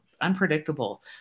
unpredictable